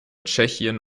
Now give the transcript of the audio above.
tschechien